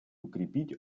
укрепить